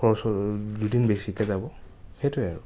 খৰচো দু দুদিন বেছিকৈ যাব সেইটোৱেই আৰু